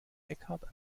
eckhart